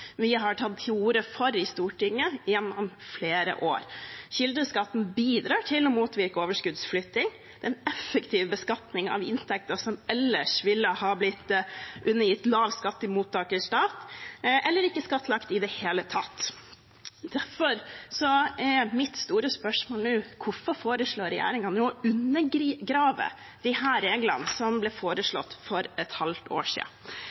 vi har tatt til orde for i Stortinget gjennom flere år. Kildeskatten bidrar til å motvirke overskuddsflytting. Det er en effektiv beskatning av inntekter som ellers ville ha blitt undergitt lav skatt i mottakerstat, eller ikke skattlagt i det hele tatt. Derfor er mitt store spørsmål nå: Hvorfor foreslår regjeringen nå å undergrave disse reglene, som ble foreslått for et halvt år